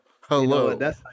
Hello